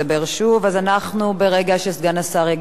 ברגע שסגן השר יגיע למקומו,